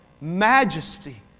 majesty